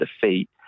defeat